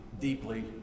deeply